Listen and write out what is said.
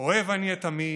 אוהב אני את עמי